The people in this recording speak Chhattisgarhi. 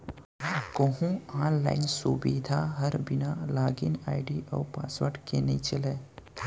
कोहूँ आनलाइन सुबिधा हर बिना लॉगिन आईडी अउ पासवर्ड के नइ चलय